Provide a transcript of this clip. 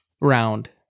round